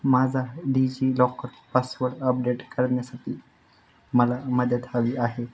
माझा DigiLocker password update करण्यासाठी मला मदत हवी आहे